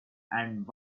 and